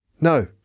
no